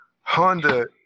Honda